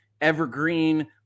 evergreen